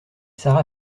sara